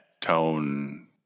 tone